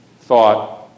thought